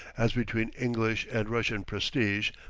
as between english and russian prestige,